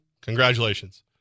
congratulations